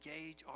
engage